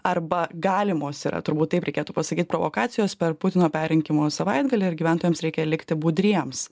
arba galimos yra turbūt taip reikėtų pasakyt provokacijos per putino perrinkimo savaitgalį ir gyventojams reikia likti budriems